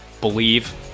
Believe